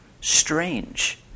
strange